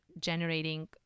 generating